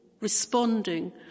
responding